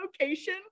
location